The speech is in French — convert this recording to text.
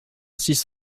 six